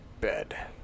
bed